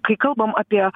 kai kalbam apie